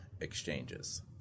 exchanges